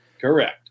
Correct